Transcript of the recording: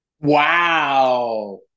Wow